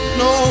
no